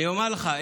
אני אומר לך,